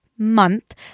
month